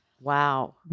Wow